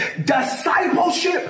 Discipleship